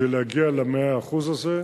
כדי להגיע ל-100% האלה.